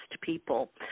People